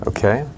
Okay